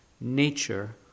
nature